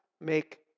make